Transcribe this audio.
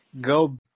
Go